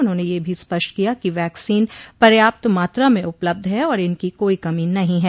उन्होंने यह भी स्पष्ट किया कि वैक्सीन पर्याप्त मात्रा में उपलब्ध है और इनकी कोई कमी नहीं है